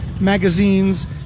magazines